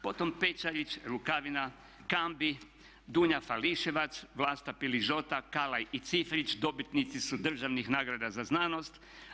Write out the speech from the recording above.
Potom Pečarić, Rukavina, Cambi, Dunja Fališevac, Vlasta Piližota, Kallay i Cifrić dobitnici su državnih nagrada za znanost.